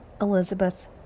Elizabeth